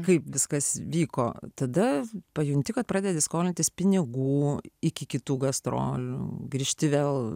kaip viskas vyko tada pajunti kad pradedi skolintis pinigų iki kitų gastrolių grįžti vėl